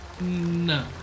No